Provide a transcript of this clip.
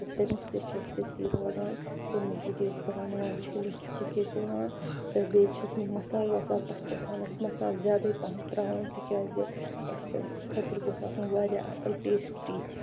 تہٕ تٔمِس تہِ چھِ أسۍ تٔتی روزان تِمن تہِ چھِ أسۍ بانہٕ وانہٕ چھٔلِتھ چھُکِتھ دِوان تہٕ بیٚیہِ چھِس مسالہٕ وسالہٕ تَتھ چھِ آسان اَسہِ مسالہٕ زیادے پَہم تراوُن تہٕ کیازِ پَژھٮ۪ن خٲطرٕ گَوٚژھ آسُن واریاہ اَصٕل ٹیسٹی